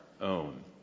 own